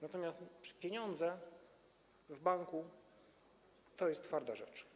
Natomiast pieniądze w banku to jest twarda rzecz.